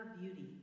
beauty